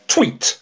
Tweet